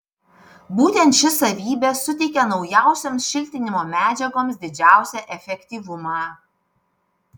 būtent ši savybė suteikia naujausioms šiltinimo medžiagoms didžiausią efektyvumą